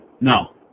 No